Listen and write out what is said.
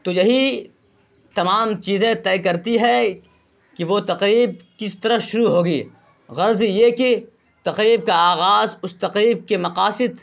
تو یہی تمام چیزیں طے کرتی ہے کہ وہ تقریب کس طرح شروع ہوگی غرض یہ کہ تقریب کا آغاز اس تقریب کے مقاصد